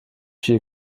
vier